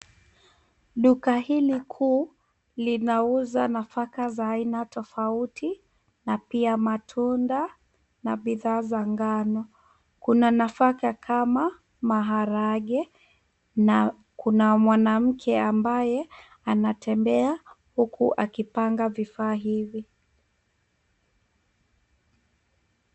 Duka hili kuu lina uza nafaka za aina tofauti na pia matunda na bidhaa za ngano. Kuna nafaka kama maharagwe na kuna mwanamke ambaye anatembea huku akipanga vifaa hivi.